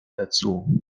dazu